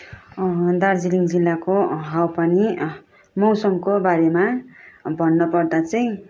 दार्जिलिङ जिल्लाको हावा पानी मौसमको बारेमा भन्नुपर्दा चाहिँ